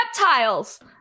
reptiles